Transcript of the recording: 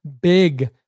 big